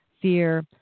fear